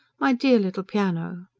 my dear little piano!